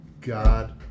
god